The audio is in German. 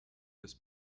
des